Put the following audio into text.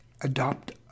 adopt